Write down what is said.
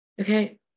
okay